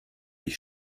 ich